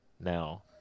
now